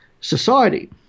society